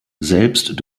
selbst